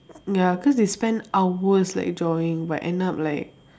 ya cause they spend hours like drawing but end up like